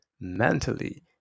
mentally